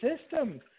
system